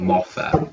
Moffat